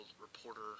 reporter